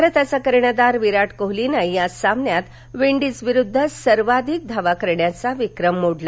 भारताचा कर्णधार विराट कोहलीनं या सामन्यात विंडीजविरुद्ध सर्वाधिक धावा करण्याचा विक्रम मोडला